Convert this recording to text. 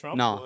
no